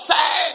Say